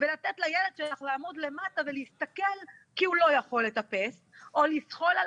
ולתת ולילד שלך לעמוד למטה ולהסתכל כי הוא לא יכול לטפס או לזחול על